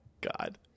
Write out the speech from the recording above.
God